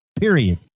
Period